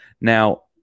now